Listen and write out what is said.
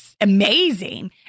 amazing